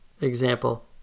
Example